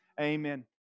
Amen